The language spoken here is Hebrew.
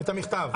את המכתב?